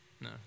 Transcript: No